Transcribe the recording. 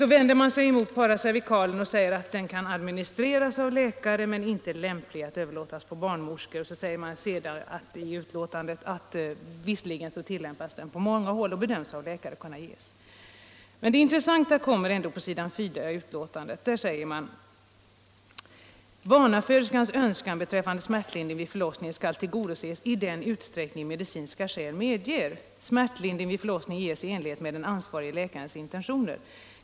Man vänder sig också delvis mot paracervikalmetoden och säger att den kan administreras av läkare men inte är lämplig att överlåtas på barnmorskor. Senare i betänkandet framhålls att denna metod tillämpas på många håll och ges av barnmorskor under läkares administration. Men det intressanta kommer ändå på s. 4, där det heter: ”Barnaföderskans önskan beträffande smärtlindring vid förlossning skall tillgodoses i den utsträckning medicinska skäl medger. Smärtlindring vid förlossning ges i enlighet med den ansvarige läkarens intentioner.